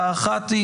הראשונה,